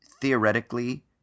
theoretically